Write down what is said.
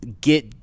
get